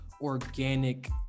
organic